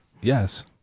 Yes